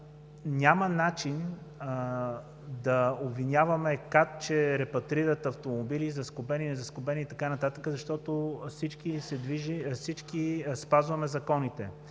няма начин да обвиняваме КАТ, че репатрират автомобили – заскобени, не заскобени и така нататък, защото всички спазваме законите.